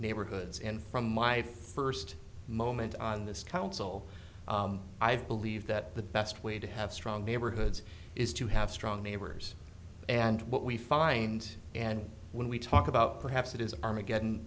neighborhoods and from my first moment on this council i believe that the best way to have strong neighborhoods is to have strong neighbors and what we find and when we talk about perhaps it is armageddon